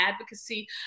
advocacy